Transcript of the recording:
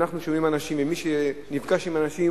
אנחנו שומעים אנשים ומי שנפגש עם אנשים,